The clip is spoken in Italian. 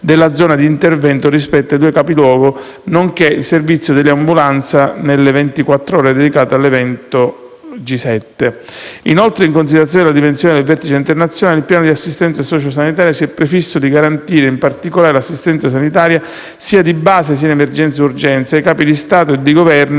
della zona di intervento rispetto ai due capoluoghi, nonché il servizio di eliambulanza nelle ventiquattro ore, dedicata all'evento G7. Inoltre, in considerazione della dimensione del vertice internazionale, il piano di assistenza socio-sanitaria si è prefisso di garantire, in particolare, l'assistenza sanitaria sia di base, che in emergenza-urgenza, ai Capi di Stato e di Governo